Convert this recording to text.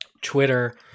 Twitter